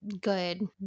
good